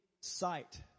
sight